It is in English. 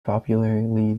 popularly